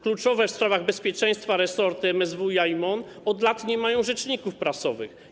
Kluczowe w sprawach bezpieczeństwa resorty MSWiA i MON od lat nie mają rzeczników prasowych.